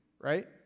right